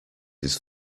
his